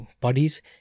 bodies